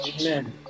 Amen